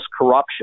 corruption